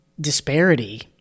disparity